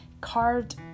carved